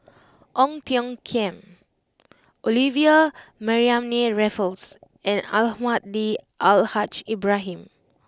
Ong Tiong Khiam Olivia Mariamne Raffles and Almahdi Al Haj Ibrahim